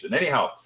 anyhow